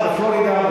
נעשה בפלורידה,